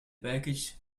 package